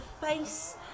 face